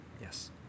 Yes